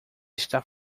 está